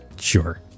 sure